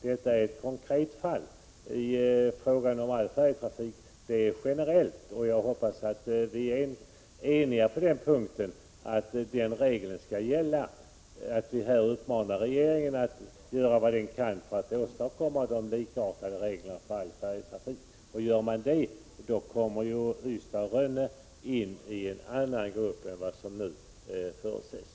Detta är en konkret fråga som generellt gäller all färjetrafik. Jag hoppas att vi är eniga om att det är den regeln som skall gälla och att regeringen uppmanas att göra vad den kan för att åstadkomma likartade regler för all färjetrafik. Gör man det kommer linjen Ystad— Rönne in i en annan grupp än vad som nu är fallet.